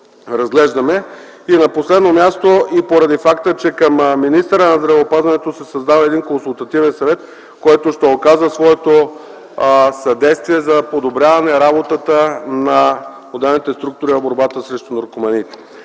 И на последно място, и поради факта, че към министъра на здравеопазването се създава консултативен съвет, който ще оказва своето съдействие за подобряване работата на отделните структури в борбата срещу наркоманиите.